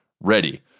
ready